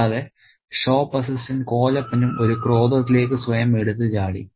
കൂടാതെ shop assistant കോലപ്പനും ഒരു ക്രോധത്തിലേക്ക് സ്വയം എടുത്ത് ചാടി